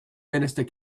minister